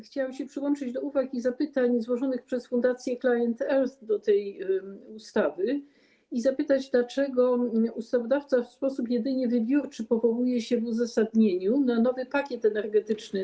Chciałabym przyłączyć się do uwag i zapytań złożonych przez fundację ClientEarth do tej ustawy i zapytać, dlaczego ustawodawca w sposób jedynie wybiórczy powołuje się w uzasadnieniu na nowy pakiet energetyczny.